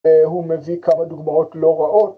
‫הוא מביא כמה דוגמאות לא רעות.